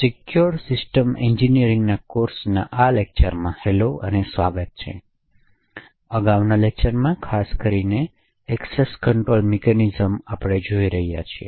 secure system એન્જિનિયરિંગના કોર્સના આ લેક્ચરમાં હેલો અને સ્વાગત છે અગાઉના લેક્ચરમાં ખાસ કરીને એક્સેસ કંટ્રોલ મિકેનિઝમ્સને આપણે જોઈ રહ્યા છીએ